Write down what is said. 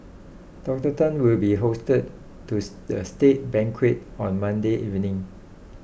Doctor Tan will be hosted to a state banquet on Monday evening